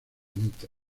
mitre